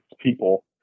people